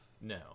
no